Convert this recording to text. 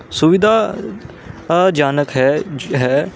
ਸੁਵਿਧਾਜਨਕ ਹੈ ਹੈ